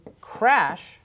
crash